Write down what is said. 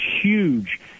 huge